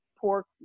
pork